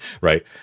Right